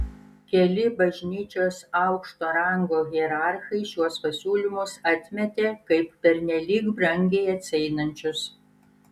keli bažnyčios aukšto rango hierarchai šiuos pasiūlymus atmetė kaip pernelyg brangiai atsieinančius